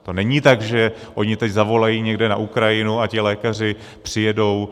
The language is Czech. To není tak, že oni teď zavolají někde na Ukrajinu a ti lékaři přijedou.